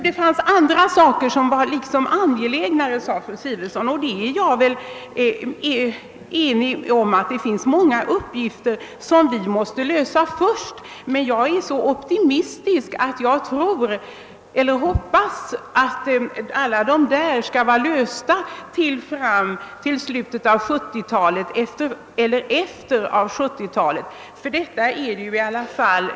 Det finns angelägnare saker, sade fru Sigurdsen vidare, och därom är jag ense med henne. Det finns många upp 3ifter som vi måste lösa först, men jag är så optimistisk att jag tror att alla dessa skall vara lösta vid slutet av 1970 talet eller under tiden närmast därefter.